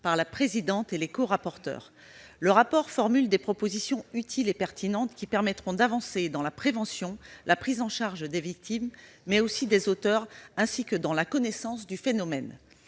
par sa présidente et les corapporteures. Le rapport formule des propositions utiles et pertinentes qui permettront d'avancer dans la prévention, la prise en charge des victimes, mais aussi des auteurs, ainsi que dans la connaissance du phénomène.